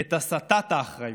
את הסטת האחריות.